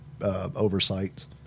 Oversights